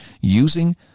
using